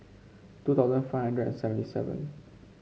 two thousand five hundred and seventy seven